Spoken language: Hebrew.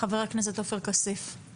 חבר הכנסת עופר כסיף, בבקשה.